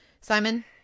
Simon